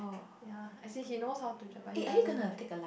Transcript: ya actually he knows how to drive but he doesn't like